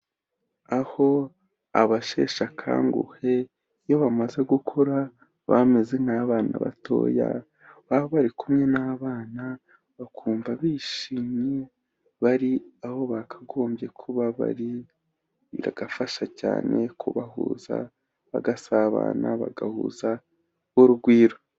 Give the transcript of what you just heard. Aho abasheshakanguhe iyo bamaze gukura bameze nk'abana batoya, baba bari kumwe n'abana bakumva bishimye, bari aho bakagombye kuba bari, bigafasha cyane kubahuza bagasabana bagahuza urugwiro.